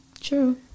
True